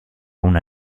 una